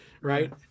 Right